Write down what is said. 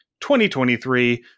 2023